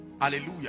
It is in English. hallelujah